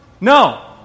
No